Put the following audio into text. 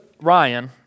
Ryan